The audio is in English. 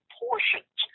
portions